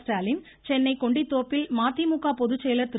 ஸ்டாலின் சென்னை கொண்டிதோப்பில் மதிமுக பொதுச்செயலர் திரு